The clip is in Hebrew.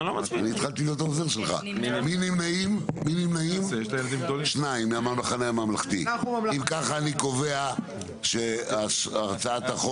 4 נמנעים, 2 אם ככה, אני קובע שהצעת החוק,